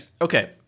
Okay